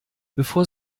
bevor